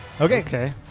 Okay